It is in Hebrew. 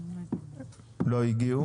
לא הגיעו.